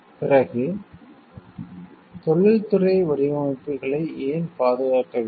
பிறகு தொழில்துறை வடிவமைப்புகளை ஏன் பாதுகாக்க வேண்டும்